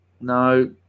no